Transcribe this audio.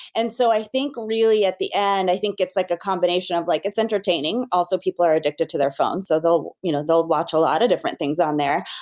and so i think, really, at the end, i think it's like a combination of like it's entertaining. also, people are addicted to their phones, so they'll you know they'll watch a lot of different things on there,